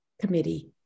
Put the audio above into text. committee